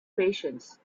patience